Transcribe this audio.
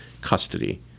custody